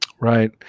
Right